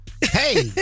hey